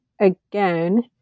again